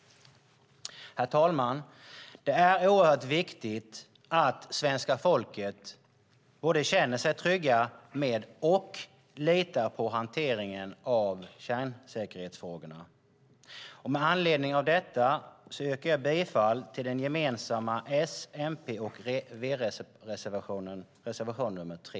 Herr talman! Det är viktigt att svenska folket känner sig trygga med och litar på hanteringen av kärnsäkerhetsfrågorna. Med anledning av detta yrkar jag bifall till den gemensamma S-, MP och V-reservationen, reservation nr 3.